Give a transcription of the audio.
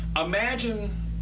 imagine